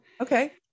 Okay